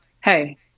hey